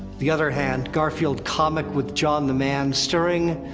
the other hand, garfield comic, with jon the man, stirring.